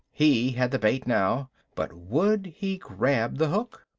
he had the bait now but would he grab the hook?